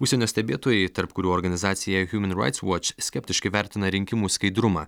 užsienio stebėtojai tarp kurių organizacija human rights watch skeptiškai vertina rinkimų skaidrumą